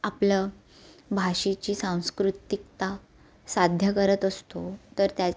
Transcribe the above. आपलं भाषेची सांस्कृतिकता साध्य करत असतो तर त्या